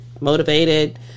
motivated